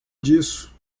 disso